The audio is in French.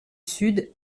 sud